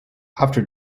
after